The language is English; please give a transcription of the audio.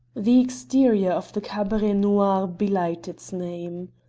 the exterior of the cabaret noir belied its name.